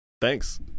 Thanks